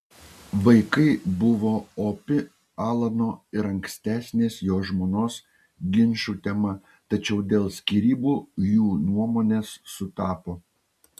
vaikai buvo opi alano ir ankstesnės jo žmonos ginčų tema tačiau dėl skyrybų jų nuomonės sutapo